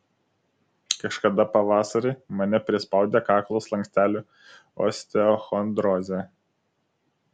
kažkada pavasarį mane prispaudė kaklo slankstelių osteochondrozė